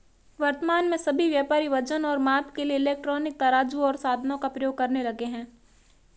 वर्तमान में सभी व्यापारी वजन और माप के लिए इलेक्ट्रॉनिक तराजू ओर साधनों का प्रयोग करने लगे हैं